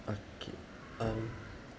okay um